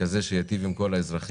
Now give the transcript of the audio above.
כזה שיטיב עם כל האזרחים.